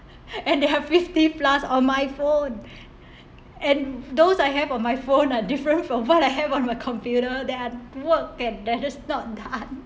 and they have fifty plus on my phone and those I have on my phone are different from what I have on a computer that are work that they just not done